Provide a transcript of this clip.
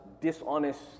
dishonest